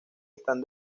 están